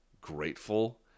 grateful